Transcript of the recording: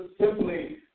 simply